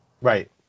Right